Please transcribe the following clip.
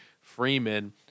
Freeman